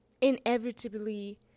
inevitably